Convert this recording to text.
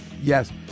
Yes